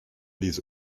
dies